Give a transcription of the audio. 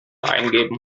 eingeben